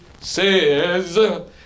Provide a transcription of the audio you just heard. says